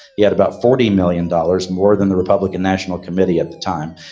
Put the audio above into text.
he had about forty million dollars more than the republican national committee at the time.